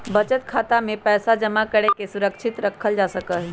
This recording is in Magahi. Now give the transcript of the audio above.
बचत खातवा में पैसवा जमा करके सुरक्षित रखल जा सका हई